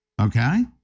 Okay